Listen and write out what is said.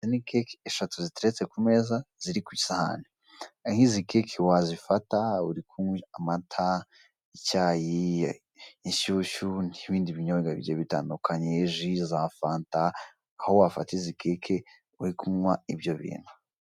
Izi ni keke eshatu ziteretse ku meza ziri kw'isahane, aho izi keke wazifata uri kunywa amata, icyayi, inshyushyu n'ibindi binyobwa bigiyebitandukanye, ji, za fanta. Aho wafata izi keke uri kunywa ibyo bintu.